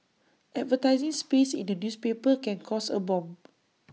advertising space in A newspaper can cost A bomb